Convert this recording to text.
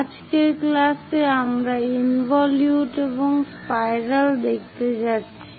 আজকের ক্লাসে আমরা ইনভলিউট এবং স্পাইরাল দেখতে যাচ্ছি